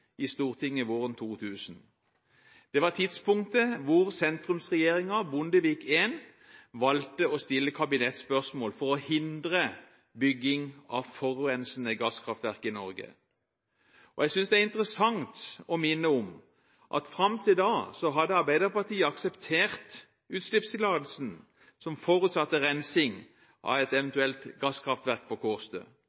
i Stortinget, våren 2000. Det var tidspunktet da sentrumsregjeringen Bondevik I valgte å stille kabinettspørsmål for å hindre bygging av forurensende gasskraftverk i Norge. Jeg synes det er interessant å minne om at fram til da hadde Arbeiderpartiet akseptert utslippstillatelsen som forutsatte rensing av et